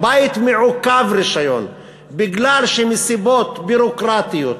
בית מעוכב רישיון, כי מסיבות ביורוקרטיות,